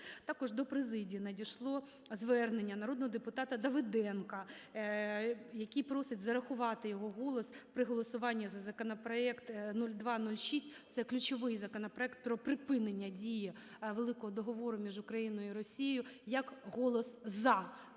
Також до президії надійшло звернення народного депутата Давиденка, який просить зарахувати його голос при голосуванні за законопроект 0206 – це ключовий законопроект про припинення дії великого Договору між Україною і Росією - як голос "за".